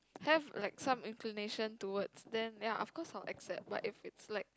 have like some inclination towards then ya of course I will accept but if it's like